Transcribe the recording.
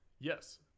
Yes